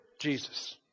Jesus